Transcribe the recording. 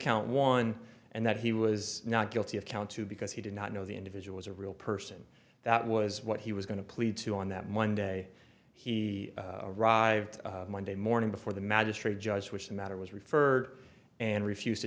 count one and that he was not guilty of count two because he did not know the individual was a real person that was what he was going to plead to on that monday he arrived monday morning before the magistrate judge which the matter was referred and refused to